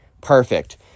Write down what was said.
perfect